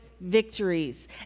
victories